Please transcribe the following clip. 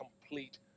complete